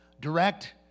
direct